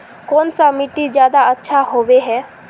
कौन सा मिट्टी ज्यादा अच्छा होबे है?